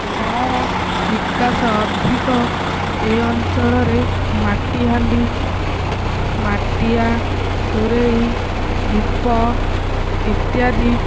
କଳାର ବିକାଶ ଅଧିକ ଏ ଅଞ୍ଚଳରେ ମାଟିହାଣ୍ଡି ମାଟିଆ ସୁରେଇ ଦୀପ ଇତ୍ୟାଦି